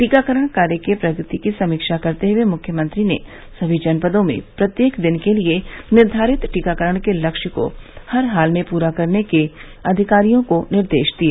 टीकाकरण कार्य के प्रगति की समीक्षा करते हुए मुख्यमंत्री ने समी जनपदों में प्रत्येक दिन के लिए निर्धारित टीकाकरण के लक्ष्य को हर हाल में पूरा करने के लिए अधिकारियों को निर्देशित किया